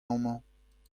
amañ